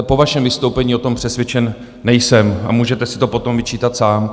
Po vašem vystoupení o tom přesvědčen nejsem a můžete si to potom vyčítat sám.